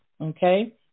Okay